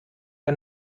der